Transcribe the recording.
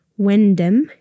Wendem